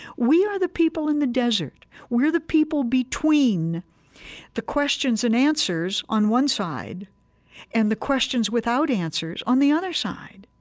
we are the people in the desert. we're the people between the questions and answers on one side and the questions without answers on the other side.